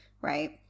Right